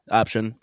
option